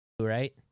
right